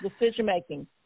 decision-making